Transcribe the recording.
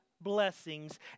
blessings